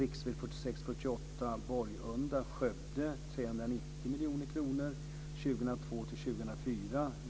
I fråga om riksväg 46/48 mellan Borgunda och Skövde är det 390 miljoner kronor 2002-2004.